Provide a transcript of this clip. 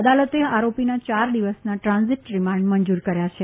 અદાલતે આરોપીના ચાર દિવસના ટ્રાન્ઝીટ રિમાન્ડ મંજૂર કર્યા છે